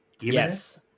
Yes